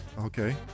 Okay